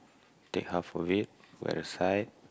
take half of it for your side